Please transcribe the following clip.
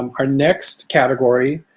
um our next category